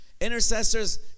Intercessors